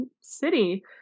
city